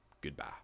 Goodbye